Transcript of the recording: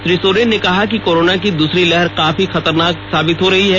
श्री सोरेन ने कहा है कि कोरोना की दूसरी लहर काफी खतरनाक साबित हो रही है